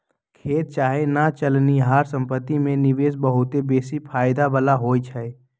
खेत चाहे न चलनिहार संपत्ति में निवेश बहुते बेशी फयदा बला होइ छइ